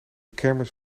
kermis